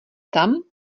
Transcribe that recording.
tam